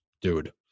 dude